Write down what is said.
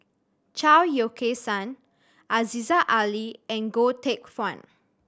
Chao Yoke San Aziza Ali and Goh Teck Phuan